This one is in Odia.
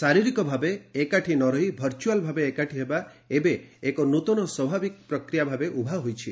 ଶାରୀରିକ ଭାବେ ଏକାଠି ନରହି ଭର୍ଚୁଆଲ୍ ଭାବେ ଏକାଠି ହେବା ଏବେ ଏକ ନୂତନ ସ୍ୱାଭାବିକ ପ୍ରକ୍ରିୟା ଭାବେ ଉଭା ହୋଇଛି